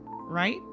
right